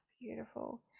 beautiful